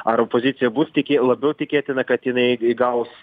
ar opozicija bus tiki labiau tikėtina kad jinai įgaus